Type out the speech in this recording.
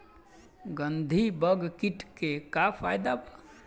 गंधी बग कीट के का फायदा बा?